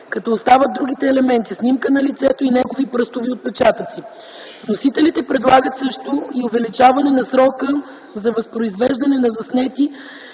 като остават другите елементи – снимка на лицето и негови пръстови отпечатъци. Вносителите предлагат също и увеличаване на срока за възпроизвеждане на заснети